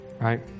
Right